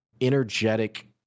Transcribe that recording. energetic